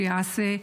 שיעשה,